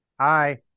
Hi